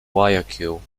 guayaquil